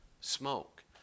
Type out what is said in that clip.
smoke